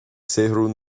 saothrú